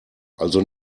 also